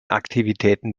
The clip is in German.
aktivitäten